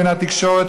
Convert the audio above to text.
בין התקשורת,